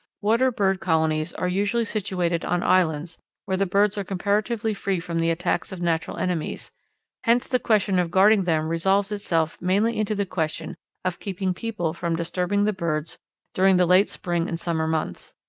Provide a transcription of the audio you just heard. water-bird colonies are usually situated on islands where the birds are comparatively free from the attacks of natural enemies hence the question of guarding them resolves itself mainly into the question of keeping people from disturbing the birds during the late spring and summer months.